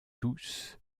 tous